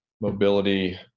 Mobility